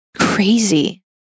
crazy